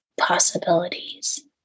possibilities